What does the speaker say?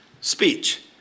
speech